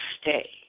stay